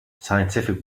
scientific